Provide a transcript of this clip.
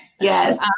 Yes